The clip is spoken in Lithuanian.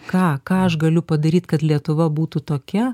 ką ką aš galiu padaryt kad lietuva būtų tokia